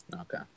Okay